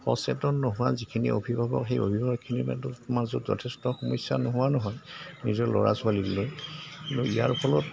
সচেতন নোহোৱা যিখিনি অভিভাৱক সেই অভিভাৱকখিনি মাজত যথেষ্ট সমস্যা নোহোৱা নহয় নিজৰ ল'ৰা ছোৱালীক লৈ কিন্তু ইয়াৰ ফলত